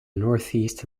northeast